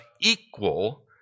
equal